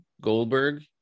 goldberg